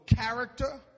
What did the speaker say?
character